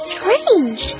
Strange